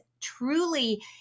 truly